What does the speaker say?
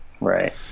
Right